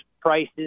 prices